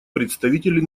представитель